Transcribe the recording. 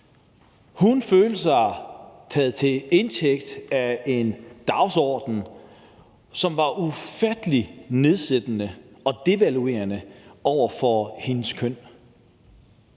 Hun følte sig taget til indtægt for en dagsorden, som var ufattelig nedsættende og devaluerende over for hendes køn,